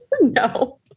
No